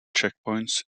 checkpoints